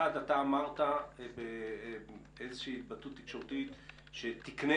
אתה אמרת באיזושהי התבטאות תקשורתית שתקנה